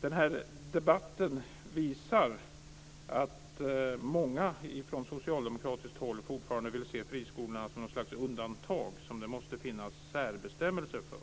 Den här debatten visar att många från socialdemokratiskt håll fortfarande vill se friskolorna som något slags undantag, som det måste finnas särbestämmelser för.